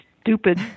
stupid